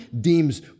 deems